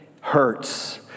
hurts